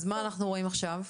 אז מה אנחנו רואים עכשיו?